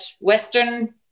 western